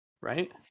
right